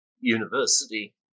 university